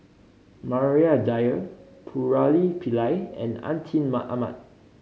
Maria Dyer Murali Pillai and Atin Amat